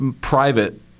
private